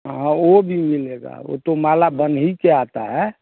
हाँ ओ भी मिलेगा वो तो माला बन ही के आता है